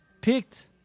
picked